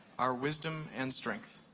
our wisdom and strength.